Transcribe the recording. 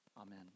Amen